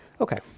okay